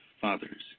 fathers